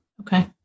okay